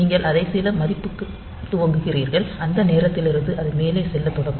நீங்கள் அதை சில மதிப்புக்கு துவக்குகிறீர்கள் அந்த நேரத்திலிருந்து அது மேலே செல்லத் தொடங்கும்